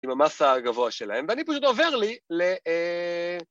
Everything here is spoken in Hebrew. עם המסה הגבוה שלהם, ואני פשוט עובר לי ל...